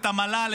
את המל"ל,